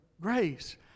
grace